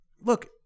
look